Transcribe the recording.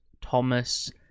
Thomas